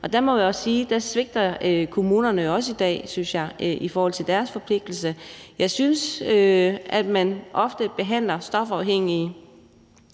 hjælpe. Man må sige, at der svigter kommunerne også i dag, synes jeg, i forhold til deres forpligtelse. Jeg synes, at man ofte behandler stofafhængige